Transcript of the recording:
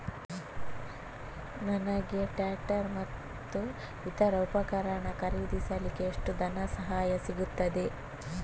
ನನಗೆ ಟ್ರ್ಯಾಕ್ಟರ್ ಮತ್ತು ಇತರ ಉಪಕರಣ ಖರೀದಿಸಲಿಕ್ಕೆ ಎಷ್ಟು ಧನಸಹಾಯ ಸಿಗುತ್ತದೆ?